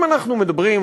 אם אנחנו מדברים,